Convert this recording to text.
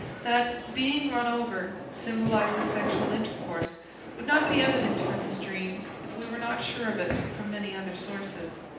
that being run over symbolizes sexual intercourse would not be evident from this dream if we were not sure of it from many other sources.